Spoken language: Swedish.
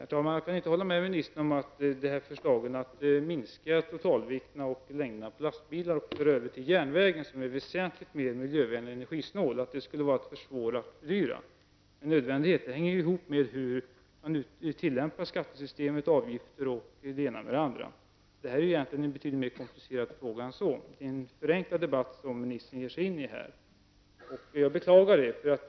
Herr talman! Jag kan inte hålla med ministern om att en minskning av lastbilarnas totalvikt och längd och överföring av transporter till järnvägen, som är väsentligt mer energivänlig och miljösnål, skulle innebära att man försvårar och fördyrar. Det är en nödvändighet. Det hela hänger ihop med hur man utnyttjar skattesystemet, avgifter och det ena med det andra. Detta är egentligen en betydligt mer kvalificerad fråga, och det är en förenklad debatt som kommunikationsministern här ger sig in i. Jag beklagar detta.